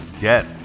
get